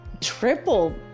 triple